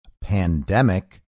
pandemic